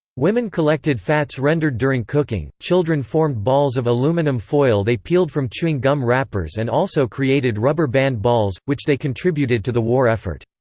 women collected fats rendered during cooking, children formed balls of aluminum foil they peeled from chewing gum wrappers and also created rubber band balls, which they contributed to the war effort.